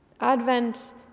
Advent